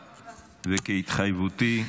כהתחייבותי,